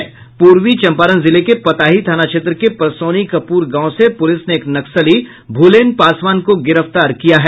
पूर्वी चम्पारण जिले के पताही थाना क्षेत्र के परसौनी कपूर गांव से पुलिस ने एक नक्सली भूलेन पासवान को गिरफ्तार किया है